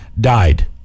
died